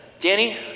Danny